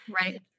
Right